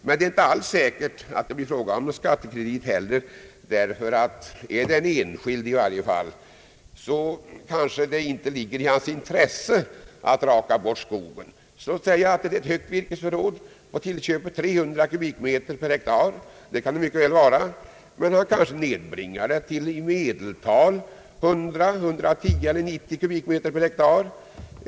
Men det är inte alls säkert att det blir fråga om skattekredit. Det kanske inte ligger i den enskildes intresse att raka bort skogen. Antag att en person har stort vir kesförråd, ca 300 kubikmeter per hektar, på den tillköpta fastigheten. Han kanske nedbringar medelförrådet för skogen till 110, 100 eller 90 kubikmeter per hektar.